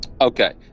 Okay